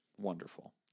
wonderful